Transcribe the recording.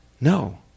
No